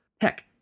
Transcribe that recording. Heck